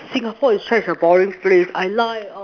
Singapore is such a boring place I like uh